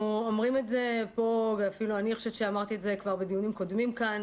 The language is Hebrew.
אנחנו אומרים את זה פה ואמרתי את זה גם בדיונים קודמים בוועדה.